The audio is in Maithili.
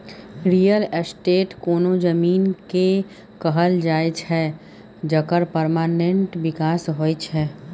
रियल एस्टेट कोनो जमीन केँ कहल जाइ छै जकर परमानेंट बिकास होइ